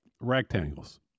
rectangles